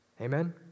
Amen